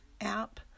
app